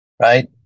right